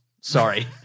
Sorry